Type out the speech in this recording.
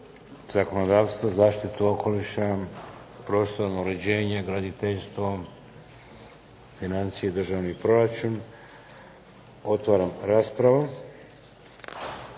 Zakonodavstvo, zaštitu okoliša, prostorno uređenje i graditeljstvo, financije i državni proračun? Otvaram raspravu.